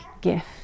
gift